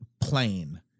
plain